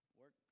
work